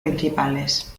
principales